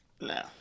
No